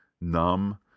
numb